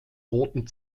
roten